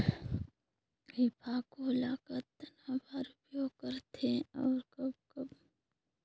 ईफको ल कतना बर उपयोग करथे और कब कब?